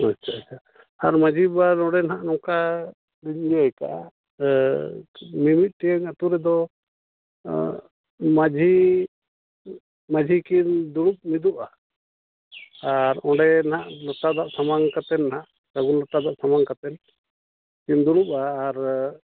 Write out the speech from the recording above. ᱟᱪᱪᱷᱟ ᱟᱪᱪᱷᱟ ᱟᱨ ᱢᱟᱺᱡᱷᱤ ᱵᱟᱵᱟ ᱱᱚᱸᱰᱮ ᱱᱟᱦᱟᱜ ᱱᱚᱝᱠᱟ ᱤᱭᱟᱹ ᱟᱠᱟᱫᱼᱟ ᱢᱤᱢᱤᱫᱴᱮᱱ ᱟᱛᱳ ᱨᱮᱫᱚ ᱢᱟᱺᱡᱷᱤ ᱢᱟᱺᱡᱷᱤ ᱠᱤᱱ ᱫᱩᱲᱩᱵ ᱢᱤᱫᱚᱜᱼᱟ ᱟᱨ ᱚᱸᱰᱮ ᱱᱟᱦᱟᱜ ᱞᱚᱴᱟ ᱫᱟᱜ ᱥᱟᱢᱟᱝ ᱠᱟᱛᱮ ᱱᱟᱦᱟᱜ ᱥᱟᱹᱜᱩᱱ ᱞᱚᱴᱟ ᱫᱟᱜ ᱥᱟᱢᱟᱝ ᱠᱟᱛᱮ ᱠᱤᱱ ᱫᱩᱲᱩᱵᱽᱼᱟ ᱟᱨ